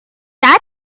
that